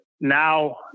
now